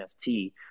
nft